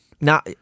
Now